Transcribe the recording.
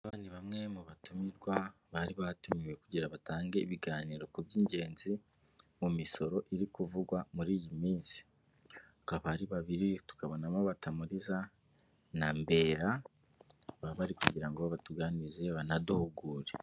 Aba ni bamwe mu batumirwa bari batumiwe kugira batange ibiganiro ku by'ingenzi mu misoro iri kuvugwa muri iyi minsi, akaba ari babiri tukabona mo Batamuriza na Mbera baba bari kugira ngo batuganize banaduhugure.